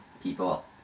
people